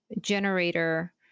generator